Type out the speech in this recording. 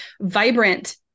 vibrant